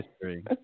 history